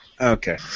Okay